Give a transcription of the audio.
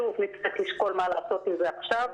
שוב, נצטרך לשקול מה לעשות עם זה עכשיו.